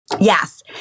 Yes